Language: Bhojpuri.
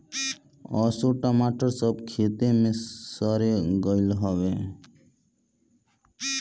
असो टमाटर सब खेते में सरे लागल हवे